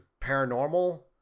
paranormal